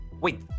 Wait